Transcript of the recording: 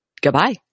Goodbye